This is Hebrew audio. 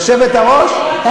היושבת-ראש?